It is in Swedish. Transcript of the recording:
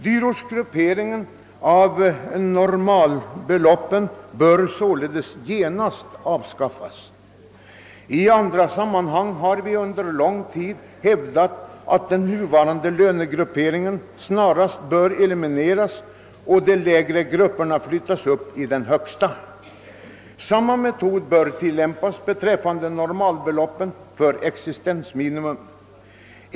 Dyrortsgrupperingen = av normalbeloppen bör därför genast avskaffas. I andra sammanhang har vi också under lång tid hävdat att den nuvarande lönegrupperingen snarast bör elimineras och de lägre grupperna flyttas upp till den högstas nivå. Samma metod bör tillämpas beträffande normalbeloppen för existensminimum.